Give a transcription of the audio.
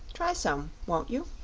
try some, won't you?